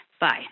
Bye